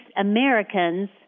Americans